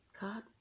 God